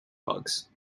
bugs